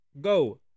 Go